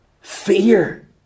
fear